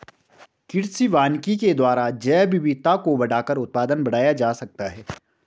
कृषि वानिकी के द्वारा जैवविविधता को बढ़ाकर उत्पादन बढ़ाया जा सकता है